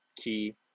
key